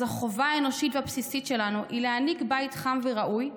אז החובה האנושית והבסיסית שלנו היא להעניק בית חם וראוי,